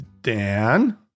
dan